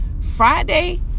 friday